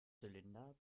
zylinder